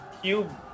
cube